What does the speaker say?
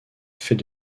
fait